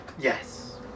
Yes